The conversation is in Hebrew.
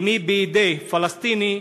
אם היא בידי פלסטיני,